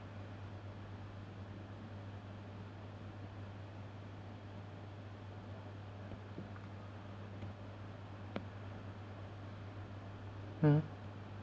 mm